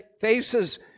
faces